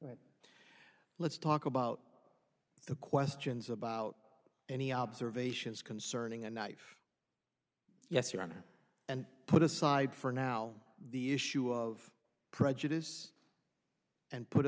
about let's talk about the questions about any observations concerning a knife yes your honor and put aside for now the issue of prejudice and put